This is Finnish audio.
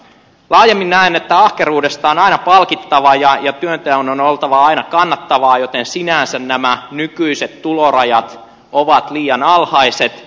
laajemmin näen että ahkeruudesta on aina palkittava ja työnteon on oltava aina kannattavaa joten sinänsä nämä nykyiset tulorajat ovat liian alhaiset